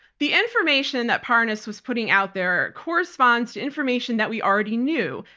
the information that parnas was putting out there corresponds to information that we already knew,